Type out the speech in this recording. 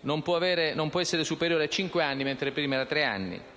non può essere superiore a cinque anni, mentre prima era di tre.